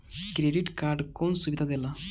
Credit card कौन सुबिधा देला?